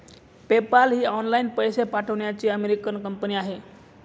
PayPal ही online पैसे पाठवण्याची अमेरिकन कंपनी आहे